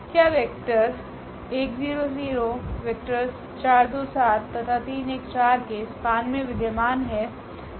तो हमे दिये गए निकाय का कोई हल प्राप्त नहीं होगा तथा इस कारण इस सवाल का हल कि क्या वेक्टर वेक्टर्स तथा के स्पान में विधमान है या नहीं